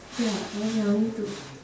ya I was yawning too